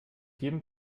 jedem